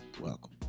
welcome